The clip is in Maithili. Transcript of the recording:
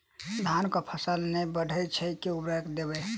धान कऽ फसल नै बढ़य छै केँ उर्वरक देबै?